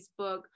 facebook